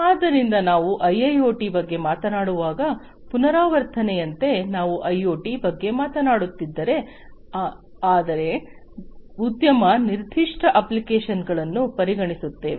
ಆದ್ದರಿಂದ ನಾವು ಐಐಒಟಿ ಬಗ್ಗೆ ಮಾತನಾಡುವಾಗ ಪುನರಾವರ್ತನೆಯಂತೆ ನಾವು ಐಒಟಿ ಬಗ್ಗೆ ಮಾತನಾಡುತ್ತಿದ್ದರೆ ಆದರೆ ಉದ್ಯಮ ನಿರ್ದಿಷ್ಟ ಅಪ್ಲಿಕೇಶನ್ಗಳನ್ನು ಪರಿಗಣಿಸುತ್ತೇವೆ